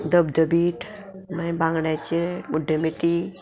धबधबीत मागीर बांगड्याचे हुड्डमेथी